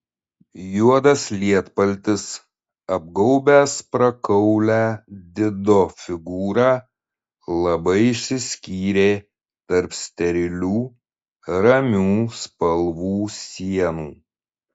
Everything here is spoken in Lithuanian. juodas lietpaltis apgaubęs prakaulią dido figūrą labai išsiskyrė tarp sterilių ramių spalvų sienų